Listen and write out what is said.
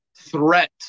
threat